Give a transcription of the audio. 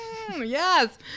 Yes